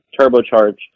turbocharged